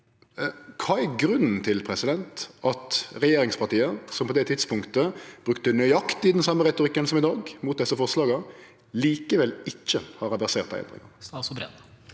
Kva er grunnen til at regjeringspartia, som på det tidspunktet brukte nøyaktig den same retorikken som i dag mot desse forslaga, likevel ikkje har reversert dei endringane?